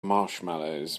marshmallows